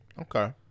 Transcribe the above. Okay